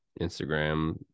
instagram